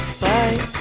bye